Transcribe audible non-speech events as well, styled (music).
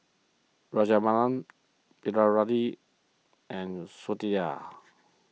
Rajaratnam Bilahari and (unintelligible)